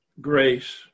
Grace